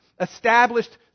established